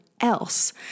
else